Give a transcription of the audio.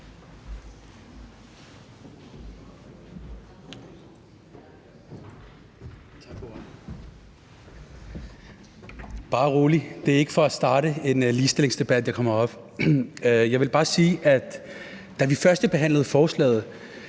Bare rolig, det er ikke for at starte en ligestillingsdebat, at jeg kommer herop. Jeg vil bare sige, at da vi førstebehandlede forslaget,